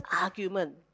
argument